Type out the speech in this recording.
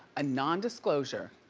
a nondisclosure.